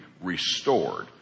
restored